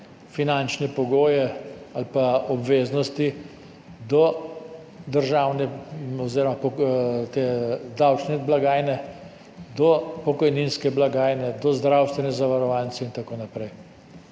finančne pogoje ali pa obveznosti do državne oziroma davčne blagajne, do pokojninske blagajne, do zdravstvene zavarovalnice in tako naprej.